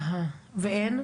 ואין?